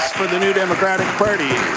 the new democratic party.